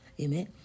Amen